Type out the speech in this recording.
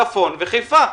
לצפון ולחיפה.